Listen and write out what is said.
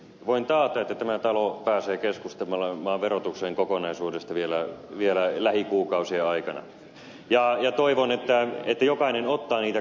voin taata että tämä talo pääsee keskustelemaan verotuksen kokonaisuudesta vielä lähikuukausien aikana ja toivon että jokainen ottaa siihen kantaa